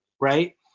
right